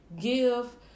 give